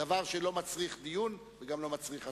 דבר שלא מצריך דיון וגם לא מצריך הצבעה,